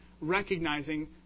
recognizing